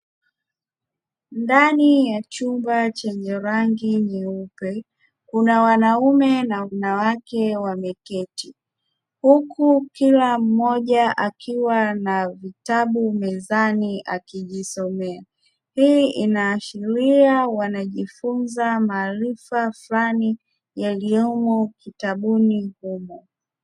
Ndani ya chumba chenye rangi nyeupe kuna wanaume na wanawake wameketi, huku kila mmoja akiwa ana vitabu mezani akijisomea hii inaashiria wanajifunza maarifa fulani yaliyomo kitabuni huko.